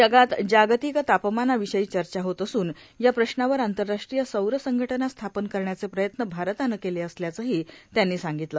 जगात जागतिक तापमानाविषयी चर्चा होत असून या प्रश्नावर आंतरराष्ट्रीय सौर संघटना स्थापन करण्याचं प्रयत्न भारतानं केले असल्याचंही त्यांनी सांगितलं